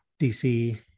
DC